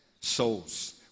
Souls